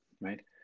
right